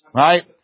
right